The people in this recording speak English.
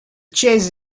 chase